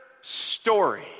story